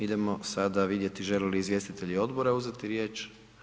Idemo sada vidjeti žele li izvjestitelji odbora uzeti riječ.